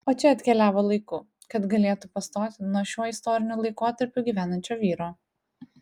o čia atkeliavo laiku kad galėtų pastoti nuo šiuo istoriniu laikotarpiu gyvenančio vyro